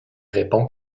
répond